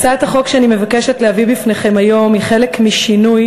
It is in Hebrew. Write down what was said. הצעת החוק שאני מבקשת להביא בפניכם היום היא חלק משינוי